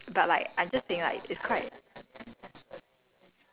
mm please please do not try if your if your current skincare works